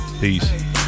Peace